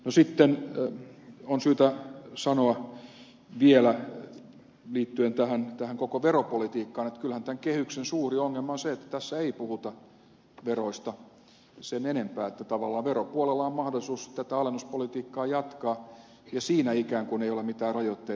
sitten on syytä sanoa vielä liittyen tähän koko veropolitiikkaan että kyllähän tämän kehyksen suuri ongelma on se että tässä ei puhuta veroista sen enempää että tavallaan veropuolella on mahdollisuus tätä alennuspolitiikkaa jatkaa ja siinä ikään kuin ei ole mitään rajoitteita olemassa